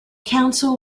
council